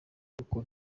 uko